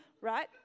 right